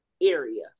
area